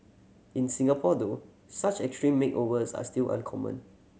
in Singapore though such extreme makeovers are still uncommon